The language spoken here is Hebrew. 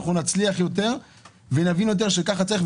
אנחנו נצליח יותר ונבין יותר שכך צריך,